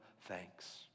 thanks